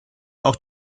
auch